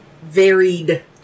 varied